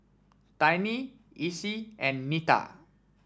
Tiny Essie and Nita